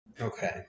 Okay